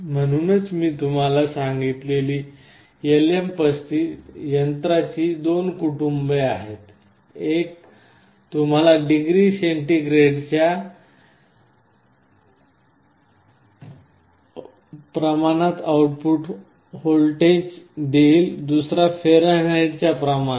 म्हणूनच मी तुम्हाला सांगितलेली LM35 यंत्राची दोन कुटूंबे आहेत एक तुम्हाला डिग्री सेंटीग्रेडच्या प्रमाणात आउटपुट व्होल्टेज देईल दुसरा फॅरनहाइटच्या प्रमाणात